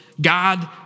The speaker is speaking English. God